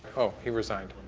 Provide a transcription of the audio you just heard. oh, he resigned.